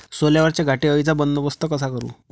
सोल्यावरच्या घाटे अळीचा बंदोबस्त कसा करू?